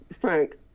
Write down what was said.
Frank